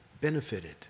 benefited